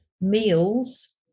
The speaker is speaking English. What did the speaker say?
meals